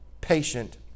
patient